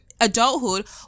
adulthood